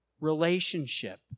relationship